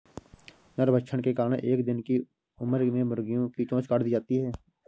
नरभक्षण के कारण एक दिन की उम्र में मुर्गियां की चोंच काट दी जाती हैं